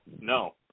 No